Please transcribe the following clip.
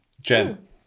Jen